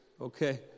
okay